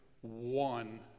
one